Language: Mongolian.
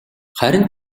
харин